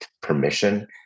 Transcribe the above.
permission